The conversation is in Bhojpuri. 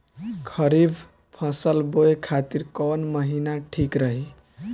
खरिफ फसल बोए खातिर कवन महीना ठीक रही?